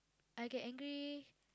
I get angry